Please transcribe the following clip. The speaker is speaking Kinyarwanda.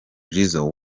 jizzo